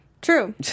True